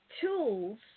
tools